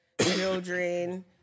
children